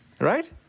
right